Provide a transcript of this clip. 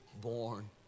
born